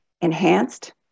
enhanced